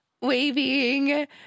waving